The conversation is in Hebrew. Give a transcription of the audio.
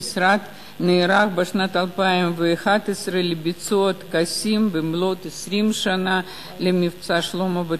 המשרד נערך בשנת 2011 לביצוע טקסים במלאות 20 שנה ל"מבצע שלמה".